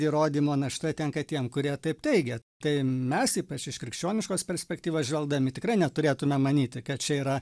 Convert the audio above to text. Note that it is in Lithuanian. įrodymo našta tenka tiem kurie taip teigia tai mes ypač iš krikščioniškos perspektyvos žvelgdami tikrai neturėtume manyti kad čia yra